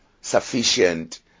sufficient